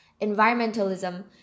Environmentalism